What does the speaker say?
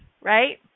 right